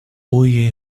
burj